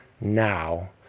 now